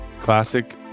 classic